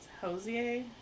Hosier